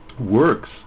works